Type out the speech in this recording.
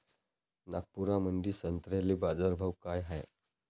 नागपुरामंदी संत्र्याले बाजारभाव काय हाय?